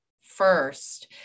first